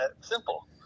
Simple